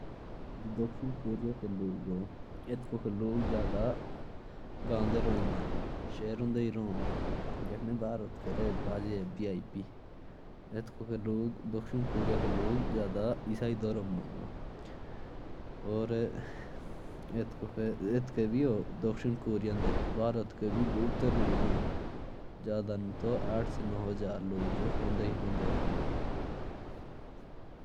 जैसे भारत में ज़्यादा लोग पहाड़ों में पसंद करते ह। और दक्षिण कोरिया में गाँव में लोग रहना ज़्यादा पसंद नहीं करते।